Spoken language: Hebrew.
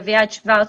אביעד שוורץ,